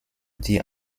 die